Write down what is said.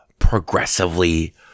progressively